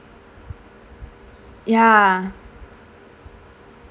ya